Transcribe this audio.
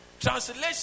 translation